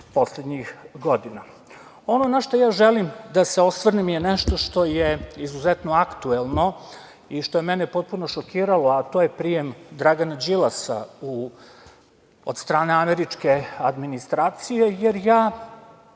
poslednjih godina. Ono na šta ja želim da se osvrnem je nešto što je izuzetno aktuelno i što je mene potpuno šokiralo, a to je prijem Dragana Đilasa od strane američke administracije, jer ja,